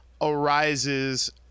arises